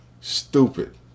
stupid